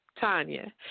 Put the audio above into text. Tanya